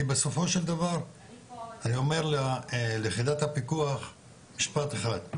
כי בסופו של דבר אני אומר ליחידת הפיקוח משפט אחד,